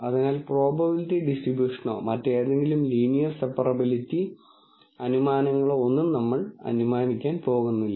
അതിനാൽ പ്രോബബിലിറ്റി ഡിസ്ട്രിബ്യൂഷനോ മറ്റേതെങ്കിലും ലീനിയർ സെപ്പറബിലിറ്റി അനുമാനങ്ങളോ ഒന്നും നമ്മൾ അനുമാനിക്കാൻ പോകുന്നില്ല